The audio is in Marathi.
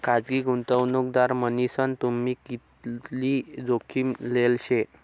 खासगी गुंतवणूकदार मन्हीसन तुम्ही कितली जोखीम लेल शे